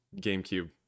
GameCube